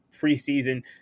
preseason